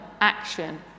action